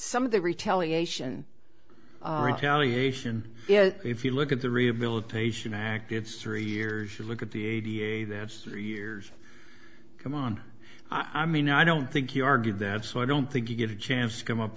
some of the retaliation county ation if you look at the rehabilitation act it's three years you look at the a b a that's three years come on i mean i don't think you argued that so i don't think you get a chance to come up